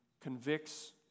convicts